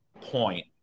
point